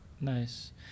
Nice